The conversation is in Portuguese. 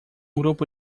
grupo